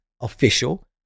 official